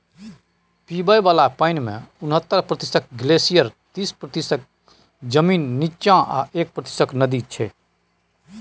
पीबय बला पानिमे उनहत्तर प्रतिशत ग्लेसियर तीस प्रतिशत जमीनक नीच्चाँ आ एक प्रतिशत नदी छै